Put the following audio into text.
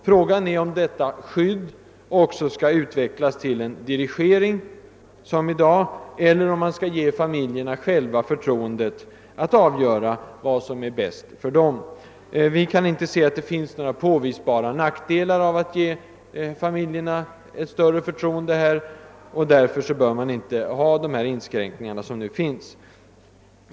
Frågan är bara om detta skydd också skall innebära en dirigering, såsom fallet är i dag, eller om man skall ge familjerna förtroende att själva avgöra vad som är bäst för dem. Vi kan inte inse att det finns några påvisbara nackdelar med att ge familjerna ett sådant större förtroende, och därför bör inte de nuvarande inskränkningarna behållas.